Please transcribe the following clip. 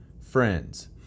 friends